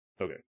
Okay